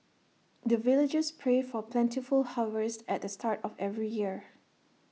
the villagers pray for plentiful harvest at the start of every year